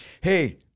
Hey